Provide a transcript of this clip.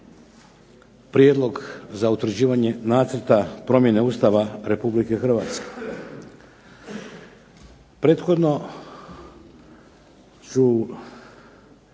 Prijedlog za utvrđivanje Nacrta Promjene Ustava Republike Hrvatske.